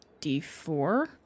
D4